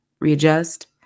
readjust